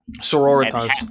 Sororitas